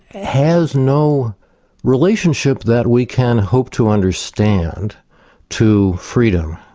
has no relationship that we can hope to understand to freedom.